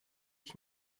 ich